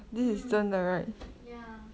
eh ya